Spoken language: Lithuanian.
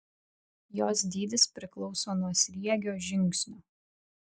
jos dydis priklauso nuo sriegio žingsnio